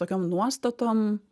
tokiom nuostatom